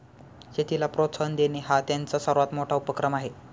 शेतीला प्रोत्साहन देणे हा त्यांचा सर्वात मोठा उपक्रम आहे